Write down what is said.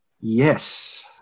Yes